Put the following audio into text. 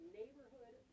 neighborhood